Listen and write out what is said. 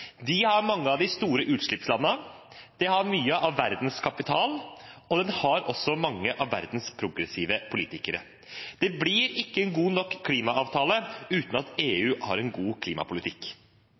De har mange av de store utslippslandene. De har mye av verdens kapital, og de har også mange av verdens progressive politikere. Det blir ikke en god nok klimaavtale uten at